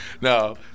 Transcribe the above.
No